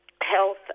health